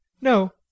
no